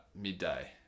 midday